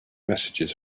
messages